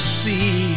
see